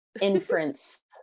inference